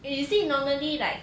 if you see normally like